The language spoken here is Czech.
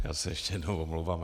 Já se ještě jednou omlouvám.